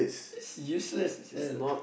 it's useless [sial]